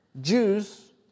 Jews